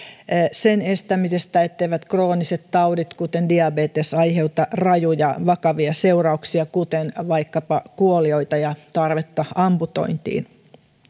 sen estämisestä etteivät krooniset taudit kuten diabetes aiheuta rajuja vakavia seurauksia kuten vaikkapa kuolioita ja tarvetta amputointiin